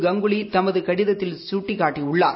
னங்குலி தமது கடிதத்தில் சுட்டிக்னட்டியுள்ளார்